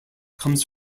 comes